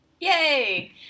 Yay